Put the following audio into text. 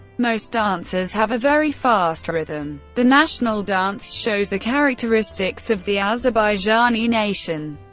most dances have a very fast rhythm. the national dance shows the characteristics of the azerbaijani nation.